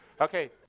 Okay